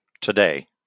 Today